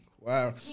Wow